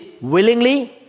willingly